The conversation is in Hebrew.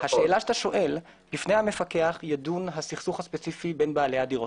השאלה שאתה שואל לפני המפקח ידון הסכסוך הספציפי בין בעלי הדירות.